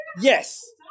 Yes